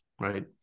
right